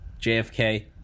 JFK